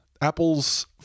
Apple's